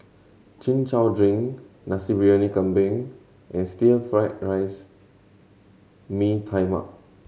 Chin Chow drink Nasi Briyani Kambing and stir fried rice Mee Tai Mak